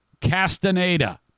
Castaneda